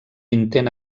intent